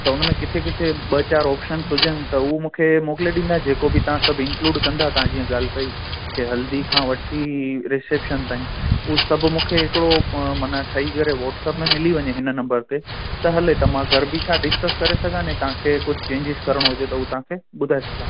त हुन में किथे किथे ॿ चारि ऑप्शन्स हुजनि त उहो मूंखे मोकिले ॾींदा जेको बि तव्हां सभु इंक्लूड कंदा तव्हां जीअं ॻाल्ह कई हल्दी खां वठी रिसेप्शन ताईं उहो सभु मूंखे हिकिड़ो माना ठही करे वॉट्सप में मिली वञे हिन नंबर ते त हले त मां घर बि छा डिसकस करे सघां ने तव्हांखे कुझु चेंजिस करिणो हुजे त उहो तव्हांखे ॿुधाए सघां